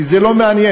כי זה לא מעניין.